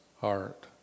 heart